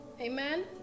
amen